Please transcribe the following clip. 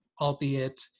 albeit